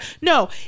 no